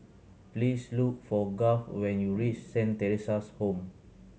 please look for Garth when you reach Saint Theresa's Home